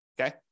okay